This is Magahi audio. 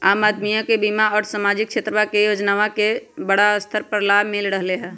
आम अदमीया के बीमा और सामाजिक क्षेत्रवा के योजनावन के बड़ा स्तर पर लाभ मिल रहले है